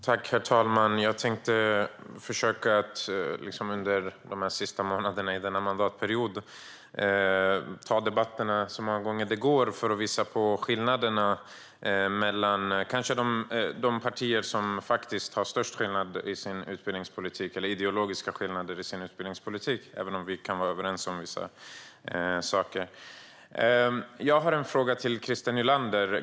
Herr talman! Jag tänkte under dessa sista månader i denna mandatperiod försöka ta debatterna så många gånger det går för att visa på skillnaderna mellan de partier som faktiskt har störst ideologiska skillnader i utbildningspolitiken - även om vi kan vara överens om vissa saker. Jag har en fråga till Christer Nylander.